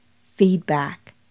feedback